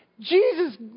Jesus